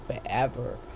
forever